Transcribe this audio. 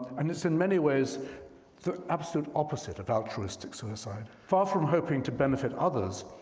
and it's in many ways the absolute opposite of altruistic suicide. far from hoping to benefit others,